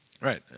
Right